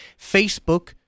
Facebook